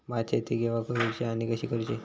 भात शेती केवा करूची आणि कशी करुची?